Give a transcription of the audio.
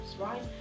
right